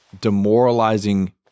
demoralizing